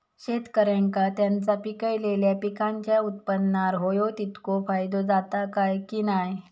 शेतकऱ्यांका त्यांचा पिकयलेल्या पीकांच्या उत्पन्नार होयो तितको फायदो जाता काय की नाय?